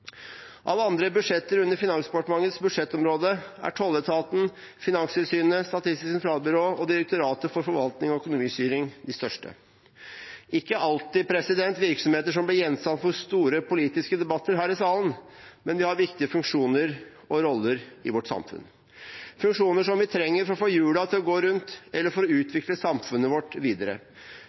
Av andre budsjetter under Finansdepartementets budsjettområde er tolletaten, Finanstilsynet, Statistisk sentralbyrå og Direktoratet for forvaltning og økonomistyring de største. Dette er virksomheter som ikke alltid blir gjenstand for store politiske debatter her i salen, men de har viktige funksjoner og roller i vårt samfunn, funksjoner som vi trenger for å få hjulene til å gå rundt, eller for å utvikle samfunnet vårt videre: